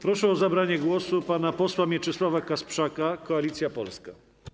Proszę o zabranie głosu pana posła Mieczysława Kasprzaka, Koalicja Polska.